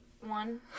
One